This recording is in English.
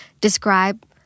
describe